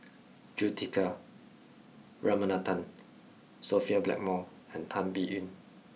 Juthika Ramanathan Sophia Blackmore and Tan Biyun